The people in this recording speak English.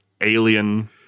alien